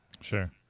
sure